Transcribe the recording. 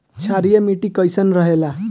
क्षारीय मिट्टी कईसन रहेला?